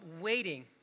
waiting